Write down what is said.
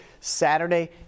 Saturday